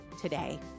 today